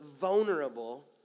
vulnerable